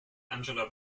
angela